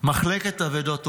"מחלקת אבדות ומציאות":